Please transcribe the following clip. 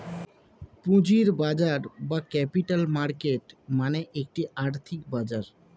পুঁজির বাজার বা ক্যাপিটাল মার্কেট মানে একটি আর্থিক বাজার